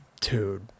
Dude